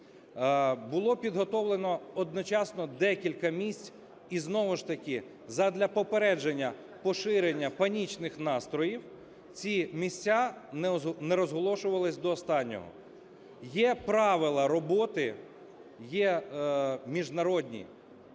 Було підготовлено одночасно декілька місць. І знову ж таки задля попередження поширення панічних настроїв ці місця не розголошувались до останнього. Є правила роботи, є міжнародні,